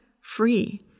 free